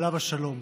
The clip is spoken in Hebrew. עליו השלום.